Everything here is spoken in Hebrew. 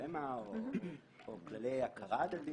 סכמה או כללי הכרה הדדית,